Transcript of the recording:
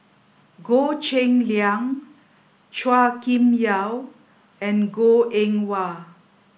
Goh Cheng Liang Chua Kim Yeow and Goh Eng Wah